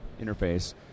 interface